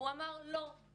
והוא אמר לא,